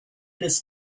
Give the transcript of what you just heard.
this